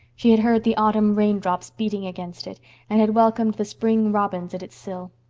she had heard the autumn raindrops beating against it and had welcomed the spring robins at its sill.